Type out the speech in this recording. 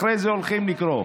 אחרי זה הולכים לקרוא.